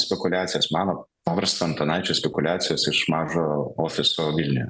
spekuliacijos mano paprasto antanaičio spekuliacijos iš mažo ofiso vilniuje